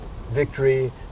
victory